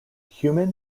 human